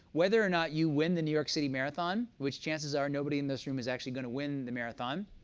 whether or not you win the new york city marathon, which chances are nobody in this room is actually going to win the marathon,